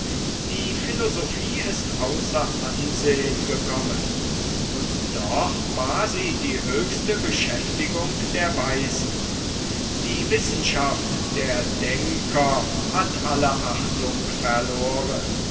die philosophie ist außer ansehn gekommen und doch war sie die höchste beschäftigung der weisen die wissenschaft der denker hat alle achtung verloren